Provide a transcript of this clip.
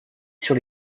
sur